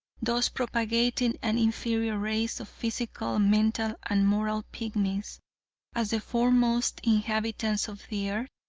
thus propagating an inferior race of physical, mental, and moral pigmies as the foremost inhabitants of the earth?